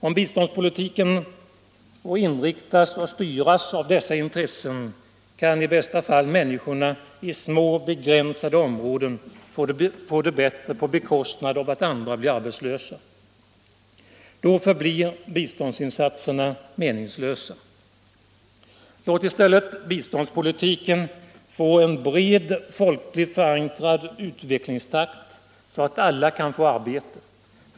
Om biståndspolitiken får inriktas och styras av dessa intressen, kan i bästa fall människorna i små, begränsade områden få det bättre på bekostnad av att andra blir arbetslösa. Då förblir biståndsinsatserna meningslösa. Låt i stället biståndspolitiken få en bred och folkligt förankrad utvecklingstakt så att alla kan få arbete!